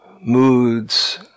moods